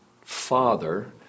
father